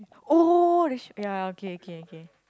oh the sh~ ya okay okay okay